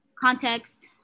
context